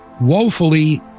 woefully